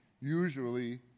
usually